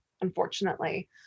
unfortunately